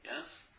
Yes